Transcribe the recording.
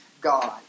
God